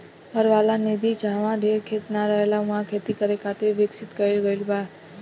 हर वाला विधि जाहवा ढेर खेत ना रहेला उहा खेती करे खातिर विकसित कईल गईल बा